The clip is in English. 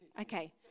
Okay